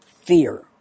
fear